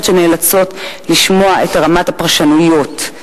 שנאלצות לשמוע את ערימת הפרשנויות.